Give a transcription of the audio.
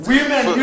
Women